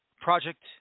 project